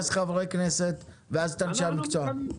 ואז חברי כנסת ואז את אנשי המקצוע.